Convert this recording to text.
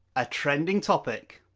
a trending topic.